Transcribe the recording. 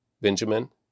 Benjamin